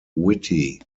witty